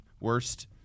worst